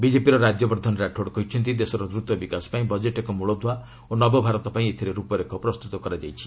ବିଜେପିର ରାଜ୍ୟବର୍ଦ୍ଧନ ରାଠୋଡ୍ କହିଛନ୍ତି ଦେଶର ଦ୍ରତ ବିକାଶ ପାଇଁ ବଜେଟ୍ ଏକ ମୂଳଦୁଆ ଓ ନବ ଭାରତ ପାଇଁ ଏଥିରେ ରୁପରେଖ ପ୍ରସ୍ତୁତ କରାଯାଇଛି